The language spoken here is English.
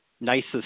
nicest